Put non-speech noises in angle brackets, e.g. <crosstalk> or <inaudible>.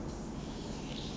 <breath>